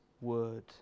word